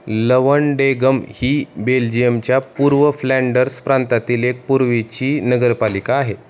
Lovendegem ही बेल्जियमच्या पूर्व फ्लँडर्स प्रांतातील एक पूर्वीची नगरपालिका आहे